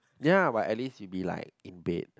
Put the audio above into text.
ya but at least you be like in bed